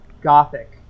Gothic